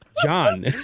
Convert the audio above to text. John